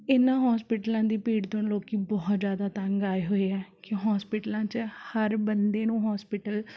ਇਹਨਾਂ ਹੋਸਪਿਟਲਾਂ ਦੀ ਭੀੜ ਤੋਂ ਲੋਕ ਬਹੁਤ ਜ਼ਿਆਦਾ ਤੰਗ ਆਏ ਹੋਏ ਆ ਕਿ ਹੋਸਪਿਟਲਾਂ 'ਚ ਹਰ ਬੰਦੇ ਨੂੰ ਹੋਸਪਿਟਲ